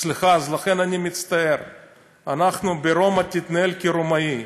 אני מצטער, ברומא תתנהל כרומאי,